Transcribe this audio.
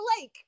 lake